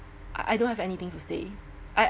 I don't have anything to say I